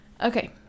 Okay